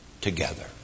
together